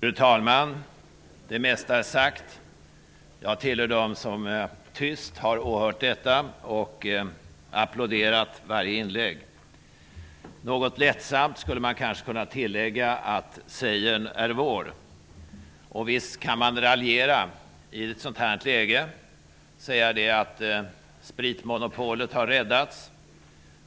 Fru talman! Det mesta är sagt. Jag är en av dem som har tyst åhört detta och applåderat varje inlägg. Något lättsamt skulle man kunna tillägga att ''seiern er vår''. Visst kan man raljera i ett sådant läge och säga att spritmonopolet har räddats.